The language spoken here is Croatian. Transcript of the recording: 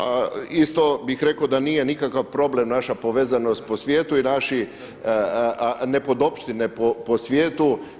A isto bih rekao da nije nikakav problem naša povezanost po svijetu i naši nepodopštine po svijetu.